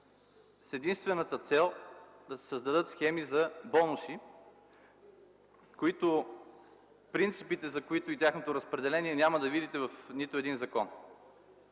с единствената цел да се създадат схеми за бонуси, принципите за които и тяхното разпределение няма да видите в нито един закон.